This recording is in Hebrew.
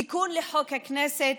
תיקון לחוק הכנסת,